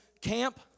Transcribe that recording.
camp